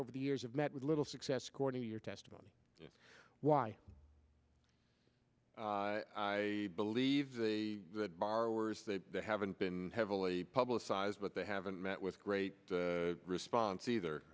over the years have met with little success according to your testimony why i believe that borrowers they haven't been heavily publicized but they haven't met with great response either